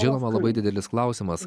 žinoma labai didelis klausimas